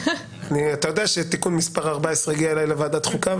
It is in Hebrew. אתה יודע שתיקון מספר 14 הגיע אלי לוועדת החוקה.